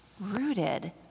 rooted